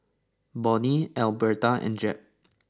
Bonny Albertha and Jeb